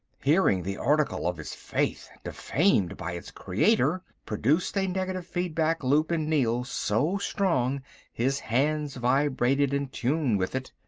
hearing the article of his faith defamed by its creator produced a negative feedback loop in neel so strong his hands vibrated in tune with it.